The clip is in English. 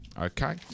Okay